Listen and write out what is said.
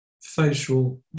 facial